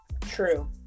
True